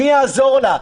מי יעזור לה?